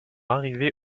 arriver